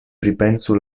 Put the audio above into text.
pripensu